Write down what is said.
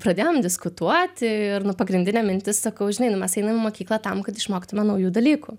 pradėjom diskutuoti ir nu pagrindinė mintis sakau žinai nu mes einam į mokyklą tam kad išmoktume naujų dalykų